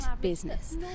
business